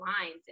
lines